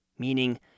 meaning